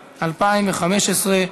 האוצר,